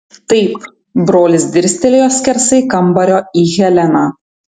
taip brolis dirstelėjo skersai kambario į heleną